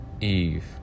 Eve